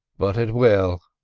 but it will.